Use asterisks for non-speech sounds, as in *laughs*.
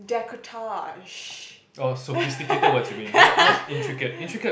my decolletage *laughs*